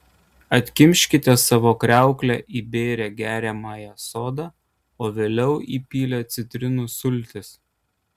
atkimškite savo kriauklę įbėrę geriamąją soda o vėliau įpylę citrinų sultis